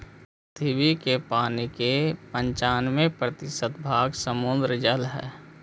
पृथ्वी के पानी के पनचान्बे प्रतिशत भाग समुद्र जल हई